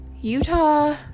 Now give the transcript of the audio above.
Utah